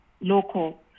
local